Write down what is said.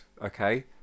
okay